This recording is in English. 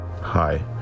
Hi